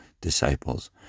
disciples